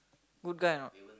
good guy or not